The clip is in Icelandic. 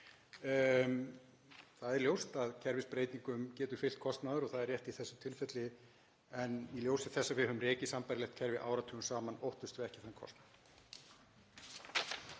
Það er ljóst að kerfisbreytingum getur fylgt kostnaður og það er rétt í þessu tilfelli en í ljósi þess að við höfum rekið sambærilegt kerfi áratugum saman óttumst við ekki þann kostnað.